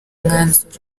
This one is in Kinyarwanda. mwanzuro